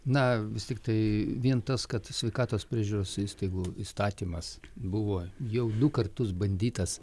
na vis tiktai vien tas kad sveikatos priežiūros įstaigų įstatymas buvo jau du kartus bandytas